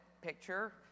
picture